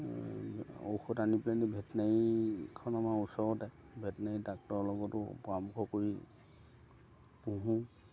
ঔষধ আনি পেলাইনি ভেটেনেৰিখন আমাৰ ওচৰতে ভেটেনেৰি ডাক্তৰৰ লগতো পৰামৰ্শ কৰি পোহোঁ